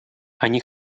они